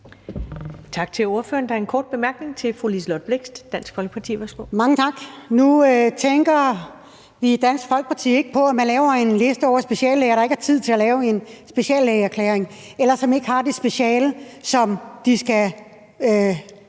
Tak til ordføreren. Der er en kort bemærkning fra fru Liselott Blixt, Dansk Folkeparti. Værsgo. Kl. 20:10 Liselott Blixt (DF): Mange tak. Nu tænker vi i Dansk Folkeparti ikke på, at man laver en liste over speciallæger, der ikke har tid til at lave en speciallægeerklæring, eller som ikke har det speciale, som de skal